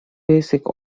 basic